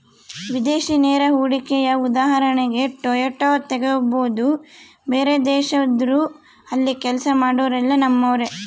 ವಿದೇಶಿ ನೇರ ಹೂಡಿಕೆಯ ಉದಾಹರಣೆಗೆ ಟೊಯೋಟಾ ತೆಗಬೊದು, ಬೇರೆದೇಶದವ್ರು ಅಲ್ಲಿ ಕೆಲ್ಸ ಮಾಡೊರೆಲ್ಲ ನಮ್ಮರೇ